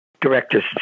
directors